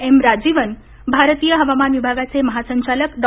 M Rajeevan भारतीय हवामान विभागाचे महासंचालक डॉ